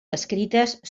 escrites